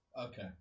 Okay